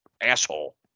asshole